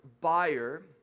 buyer